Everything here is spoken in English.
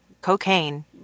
Cocaine